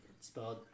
spelled